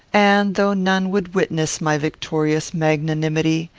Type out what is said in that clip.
and, though none would witness my victorious magnanimity,